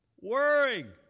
worrying